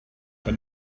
but